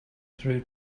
through